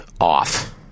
off